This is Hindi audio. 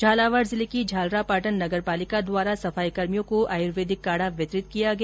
झालावाड़ जिले की झालरापाटन नगरपालिका द्वारा सफाईकर्मियों को आयुर्वेदिक काढा वितरित किया गया